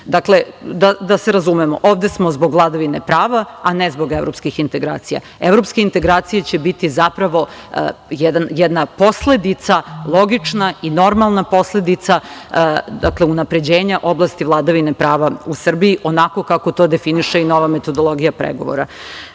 da se razumemo, ovde smo zbog vladavine prava, a ne zbog evropskih integracija. Evropske integracije će biti zapravo jedna posledica logična i normalna posledica unapređenja oblasti vladavine prava u Srbiji onako kako to definiše i nova metodologija pregovora. Pomenuli